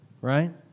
right